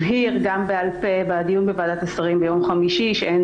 הבהיר גם בעל פה בדיון בוועדת השרים ביום חמישי שאין